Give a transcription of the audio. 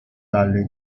dalle